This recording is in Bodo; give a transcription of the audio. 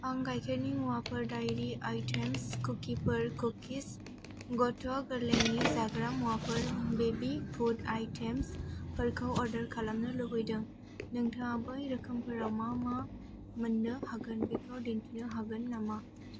आं गाइखेरनि मुवाफोर डायरि आइटेम्स कुकिफोर कुकिस गथ' गोरलैनि जाग्रा मुवाफोर बेबि फुद आइटेमफोरखौ अर्डार खालामनो लुबैदों नोंथाङा बै रोखोमफोराव मा मा मोन्नो हागोन बेखौ दिन्थिनो हागोन नामा